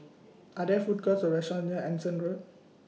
Are There Food Courts Or restaurants near Anson Road